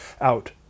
out